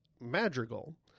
Madrigal